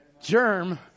germ